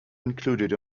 included